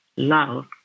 Love